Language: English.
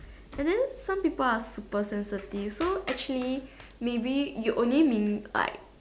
and then some people are super sensitive so actually maybe you only mean like